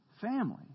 family